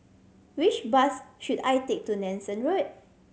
which bus should I take to Nanson Road